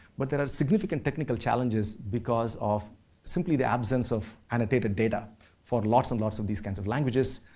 but there are significant technical challenges because of simply the absence of annotated data for lots and lots of these kinds of languages.